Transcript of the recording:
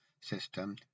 system